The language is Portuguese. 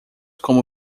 como